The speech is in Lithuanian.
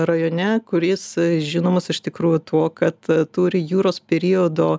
rajone kuris žinomas iš tikrųjų tuo kad turi jūros periodo